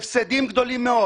הפסדים גדולים מאוד.